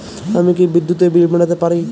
আমি কি বিদ্যুতের বিল মেটাতে পারি?